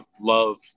love